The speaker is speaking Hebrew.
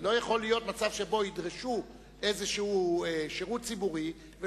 לא יכול להיות מצב שבו ידרשו שירות ציבורי כלשהו,